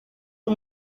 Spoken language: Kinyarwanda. byo